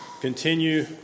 continue